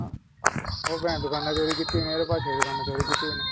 ओह् दुकानै चोरी कीती मेरी पैसें दी दुकानै चोरी कीती उन्ने